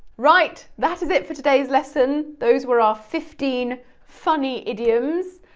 right, that is it for today's lesson, those were our fifteen funny idioms.